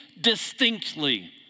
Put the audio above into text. distinctly